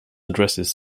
addresses